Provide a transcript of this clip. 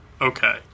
okay